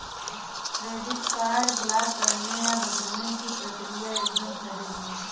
credit card block करने या बदलने की प्रक्रिया एकदम सहज है